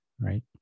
right